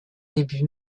début